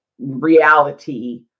reality